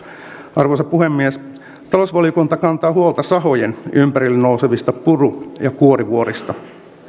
arvoisa puhemies talousvaliokunta kantaa huolta sahojen ympärille nousevista puru ja kuorivuorista